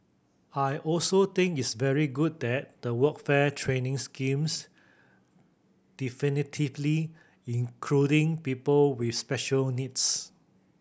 I also think it's very good that the workfare training schemes definitively including people with special needs